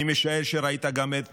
אני משער שראית גם את